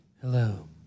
Hello